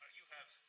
you have